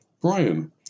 Brian